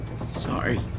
Sorry